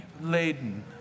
laden